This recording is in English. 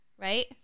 right